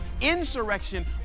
Insurrection